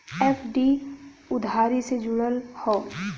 FD उधारी से जुड़ल हौ